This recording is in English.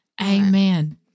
Amen